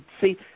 see